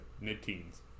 mid-teens